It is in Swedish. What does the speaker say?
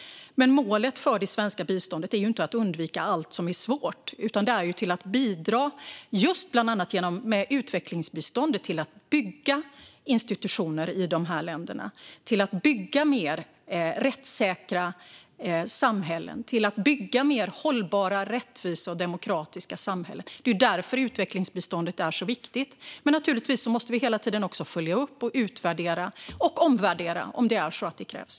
Men målet för det svenska biståndet är inte att undvika allt som är svårt, utan det är att bidra, just bland annat med utvecklingsbiståndet, till att bygga institutioner i de här länderna, till att bygga mer rättssäkra samhällen och till att bygga mer hållbara, rättvisa och demokratiska samhällen. Det är därför utvecklingsbiståndet är så viktigt. Men naturligtvis måste vi hela tiden också följa upp, utvärdera och omvärdera om det krävs.